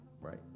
right